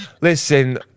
Listen